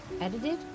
edited